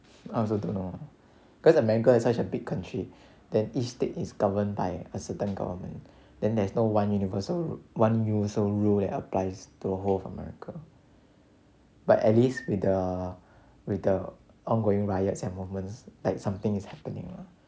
I also don't know cause america is such a big country then each state is governed by a certain government then there is no one universal rul~ one universal rule that applies to the whole of america but at least with the with the ongoing riots and movements like something is happening lah